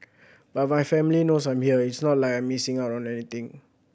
but my family knows I'm here it's not like I'm missing or anything